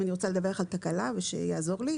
אם אני רוצה לדווח על תקלה ושנציג יעזור לי,